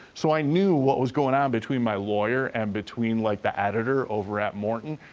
so i knew what was going on between my lawyer and between like the editor over at morton.